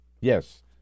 Yes